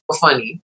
funny